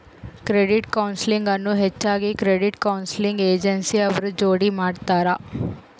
credit counselling ಅನ್ನು ಹೆಚ್ಚಾಗಿ credit counselling agency ಅವ್ರ ಜೋಡಿ ಮಾಡ್ತರ